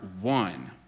one